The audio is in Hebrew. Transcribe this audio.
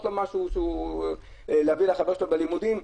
לו משהו או להביא לו משהו שקשור ללימודים.